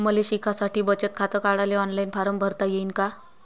मले शिकासाठी बचत खात काढाले ऑनलाईन फारम भरता येईन का?